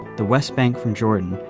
the west bank from jordan,